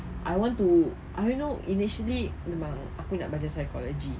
I want to I don't know initially memang aku nak baca psychology